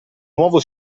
nuovo